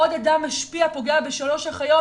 עוד אדם משפיע פוגע בשלוש אחיות,